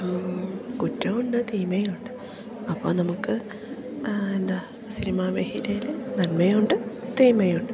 കുറ്റം ഉണ്ട് തിന്മ ഉണ്ട് അപ്പോൾ നമുക്ക് എന്താണ് സിനിമാ മേഖലയിൽ നന്മ ഉണ്ട് തിന്മ ഉണ്ട്